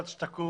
עד שהיא תקום,